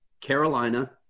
Carolina